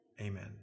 Amen